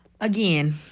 Again